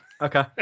Okay